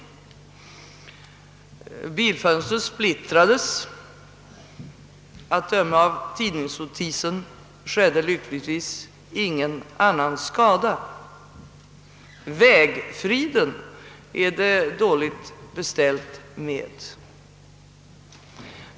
Bilfönstret splittrades. Att döma av tidningsnotisen skedde lyckligtvis ingen annan skada. Vägfriden är det dåligt beställt med.